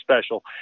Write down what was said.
special